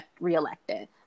re-elected